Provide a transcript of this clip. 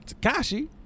Takashi